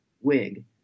wig